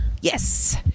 Yes